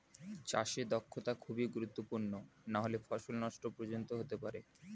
চাষে দক্ষতা খুবই গুরুত্বপূর্ণ নাহলে ফসল নষ্ট পর্যন্ত হতে পারে